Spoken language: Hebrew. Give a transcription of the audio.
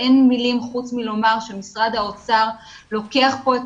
אין מלים חוץ מלומר שמשרד האוצר לוקח פה את